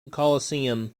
coliseum